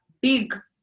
big